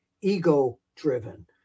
ego-driven